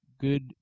Good